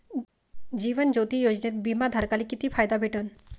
जीवन ज्योती योजनेत बिमा धारकाले किती फायदा भेटन?